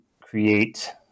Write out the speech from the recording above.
create